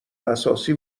اساسی